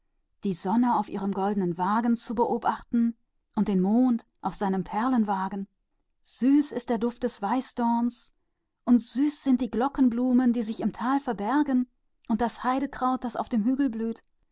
die sonne in ihrem goldenen wagen zu sehen und den mond in seinem perlenwagen süß ist der duft des weißdorns und süß sind die glockenblumen im tale und das heidekraut auf den hügeln